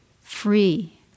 free